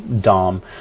dom